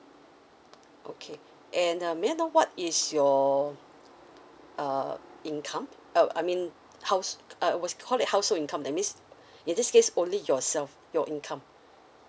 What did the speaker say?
okay and uh may I know what is your uh income uh I mean house uh was called it household income that means in this case only yourself your income